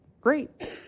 Great